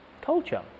culture